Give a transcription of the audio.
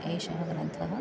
एषः ग्रन्थः